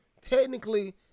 technically